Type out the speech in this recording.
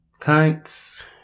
cunts